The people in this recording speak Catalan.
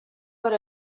per